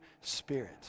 spirit